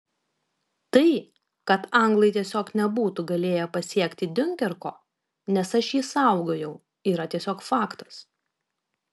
tai kad anglai tiesiog nebūtų galėję pasiekti diunkerko nes aš jį saugojau yra tiesiog faktas